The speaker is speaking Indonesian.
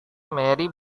mary